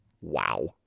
Wow